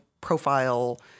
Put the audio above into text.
profile